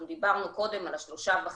אנחנו דיברנו קודם על ה-3.5%,